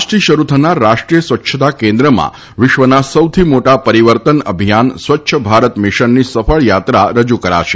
આજથી શરૂ થનાર રાષ્ટ્રીય સ્વચ્છતા કેન્દ્રમાં વિશ્વના સૌથી મોટા પરિવર્તન અભિયાન સ્વચ્છ ભારત મિશનની સફળ યાત્રા રજૂ કરશે